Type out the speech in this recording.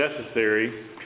necessary